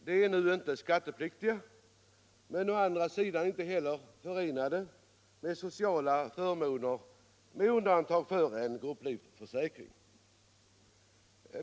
De är nu inte skattepliktiga men å andra sidan inte heller förenade med sociala förmåner med undantag för en grupplivförsäkring.